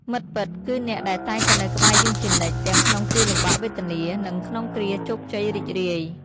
មិត្តពិត គឺអ្នកដែលតែងនៅក្បែរយើងជានិច្ច ទាំងក្នុងគ្រាលំបាកវេទនា និងក្នុងគ្រាជោគជ័យរីករាយ។